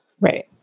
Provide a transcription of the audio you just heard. Right